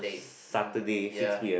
Saturday six p_m